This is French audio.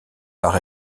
par